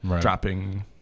dropping